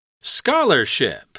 Scholarship